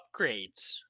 upgrades